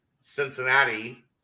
Cincinnati